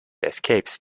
escapes